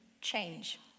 change